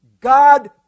God